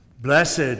Blessed